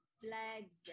flags